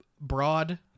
broad